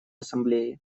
ассамблеи